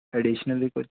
additionally कुछ